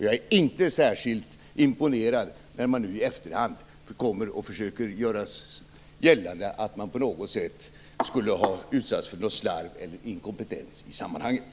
Jag är inte särskilt imponerad av dem som nu i efterhand försöker göra gällande att de på något sätt skulle ha utsatts för slarv eller inkompetens i sammanhanget.